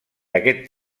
aquest